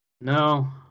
No